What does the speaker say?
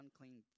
unclean